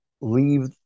leave